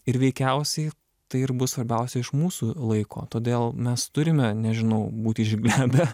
ir veikiausiai tai ir bus svarbiausia iš mūsų laiko todėl mes turime nežinau būti išglebę